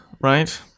right